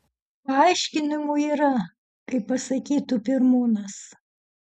paaiškinimų yra kaip pasakytų pirmūnas